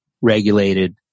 regulated